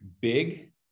big